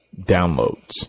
downloads